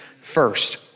first